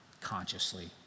consciously